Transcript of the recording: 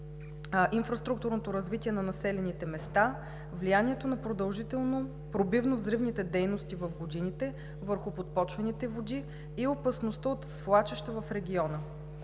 инфраструктурното развитие на населените места, влиянието на продължително пробивно-взривните дейности в годините върху подпочвените води и опасността от свлачища в региона,